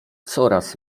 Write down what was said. coraz